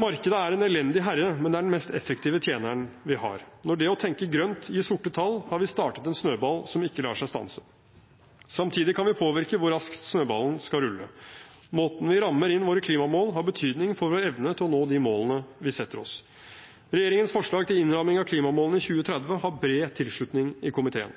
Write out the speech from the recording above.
Markedet er en elendig herre, men det er den mest effektive tjeneren vi har. Når det å tenke grønt gir sorte tall, har vi startet en snøball som ikke lar seg stanse. Samtidig kan vi påvirke hvor raskt snøballen skal rulle. Måten vi rammer inn våre klimamål på, har betydning for vår evne til å nå de målene vi setter oss. Regjeringens forslag til innramming av klimamålene i 2030 har bred tilslutning i komiteen.